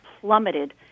plummeted